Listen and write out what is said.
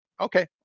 okay